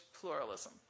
pluralism